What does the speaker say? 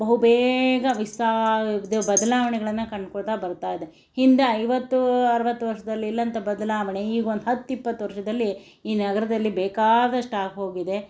ಬಹುಬೇಗ ವಿಸ್ತಾರ ಇದು ಬದಲಾವಣೆಗಳನ್ನು ಕಂಡ್ಕೋತ ಬರ್ತಾ ಇದೆ ಹಿಂದೆ ಐವತ್ತು ಅರುವತ್ತು ವರ್ಷದಲ್ಲಿಲ್ಲಂತ ಬದಲಾವಣೆ ಈಗೊಂದು ಹತ್ತು ಇಪ್ಪತ್ತು ವರ್ಷದಲ್ಲಿ ಈ ನಗರದಲ್ಲಿ ಬೇಕಾದಷ್ಟು ಆಗ್ಹೋಗಿದೆ